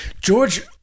George